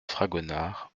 fragonard